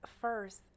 first